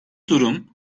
durum